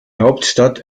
hauptstadt